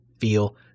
feel